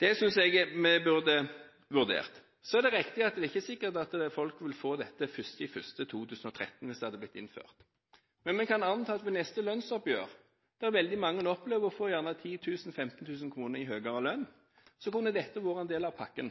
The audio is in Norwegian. Det synes jeg vi burde vurdert. Det er riktig at det ikke er sikkert at folk vil få dette den 1. januar 2013 – hvis det hadde blitt innført. Men ved neste lønnsoppgjør, der veldig mange opplever å få 10 000–15 000 kr i høyere lønn, kunne dette vært en del av pakken.